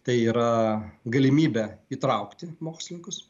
tai yra galimybė įtraukti mokslininkus